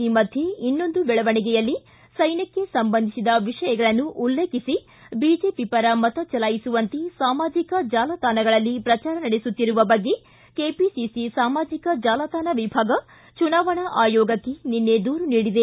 ಈ ಮಧ್ಯೆ ಇನ್ನೊಂದು ಬೆಳವಣಿಗೆಯಲ್ಲಿ ಸೈನ್ಯಕ್ಷೆ ಸಂಬಂಧಿಸಿದ ವಿಷಯಗಳನ್ನು ಉಲ್ಲೇಖಿಸಿ ಬಿಜೆಪಿ ಪರ ಮತ ಚಲಾಯಿಸುವಂತೆ ಸಾಮಾಜಿಕ ಜಾಲತಾಣಗಳಲ್ಲಿ ಪ್ರಚಾರ ನಡೆಸುತ್ತಿರುವ ಬಗ್ಗೆ ಕೆಪಿಸಿಸಿ ಸಾಮಾಜಿಕ ಜಾಲತಾಣ ವಿಭಾಗ ಚುನಾವಣಾ ಆಯೋಗಕ್ಕೆ ನಿನ್ನೆ ದೂರು ನೀಡಿದೆ